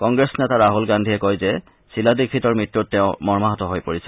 কংগ্ৰেছ নেতা ৰাহুল গাদ্ধীয়ে কয় যে শীলা দীক্ষিতৰ মৃত্যুত তেওঁ মৰ্মাহত হৈ পৰিছে